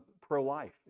pro-life